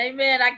Amen